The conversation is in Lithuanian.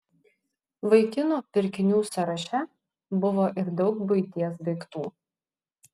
vaikinų pirkinių sąraše buvo ir daug buities daiktų